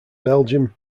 belgium